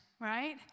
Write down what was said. right